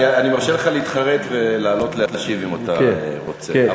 אני מרשה לך להתחרט ולעלות להשיב אם אתה רוצה,